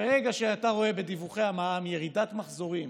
ברגע שאתה רואה בדיווחי המע"מ ירידת מחזורים